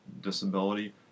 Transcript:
disability